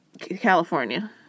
California